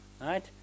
Right